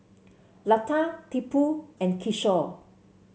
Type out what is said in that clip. Lata Tipu and Kishore